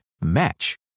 Match